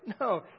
No